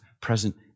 Present